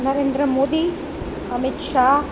Narendra Modi Amit Shah